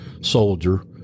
soldier